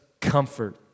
comfort